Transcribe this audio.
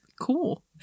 cool